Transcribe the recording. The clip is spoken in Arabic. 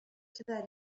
كذلك